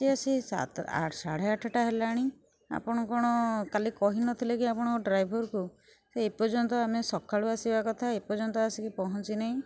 ଯେ ସେଇ ସାତ ଆ ସାଢ଼େ ଆଠଟା ହେଲାଣି ଆପଣ କ'ଣ କାଲି କହିନଥିଲେ କି ଆପଣଙ୍କ ଡ୍ରାଇଭର୍କୁ ସେ ଏପର୍ଯ୍ୟନ୍ତ ଆମେ ସକାଳୁ ଆସିବା କଥା ଏପର୍ଯ୍ୟନ୍ତ ଆସିକି ପହଞ୍ଚି ନାଇଁ